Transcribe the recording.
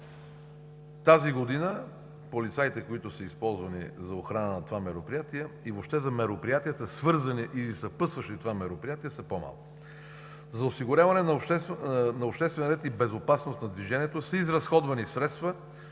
тази година полицаите, които са използвани за охрана на това мероприятие и въобще за мероприятията, свързани и съпътстващи това мероприятие, са по-малко. За осигуряване на обществен ред и безопасност на движението са изразходвани средства